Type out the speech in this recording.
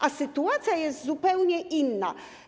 A sytuacja jest zupełnie inna.